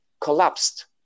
collapsed